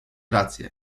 rację